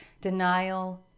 denial